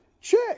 check